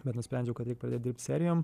bet nusprendžiau kad reik pradėt dirbt serijom